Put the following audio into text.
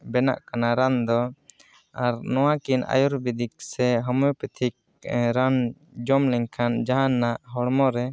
ᱵᱮᱱᱟᱜ ᱠᱟᱱᱟ ᱨᱟᱱ ᱫᱚ ᱟᱨ ᱱᱚᱣᱟ ᱠᱤᱱ ᱟᱭᱩᱨᱵᱮᱫᱤᱠ ᱥᱮ ᱦᱳᱢᱤᱭᱳᱯᱮᱛᱷᱤᱠ ᱨᱟᱱ ᱡᱚᱢ ᱞᱮᱱᱠᱷᱟᱱ ᱡᱟᱦᱟᱱᱟᱜ ᱦᱚᱲᱢᱚ ᱨᱮ